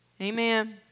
Amen